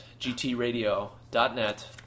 GTRadio.net